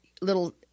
little